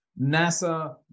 NASA